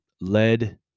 led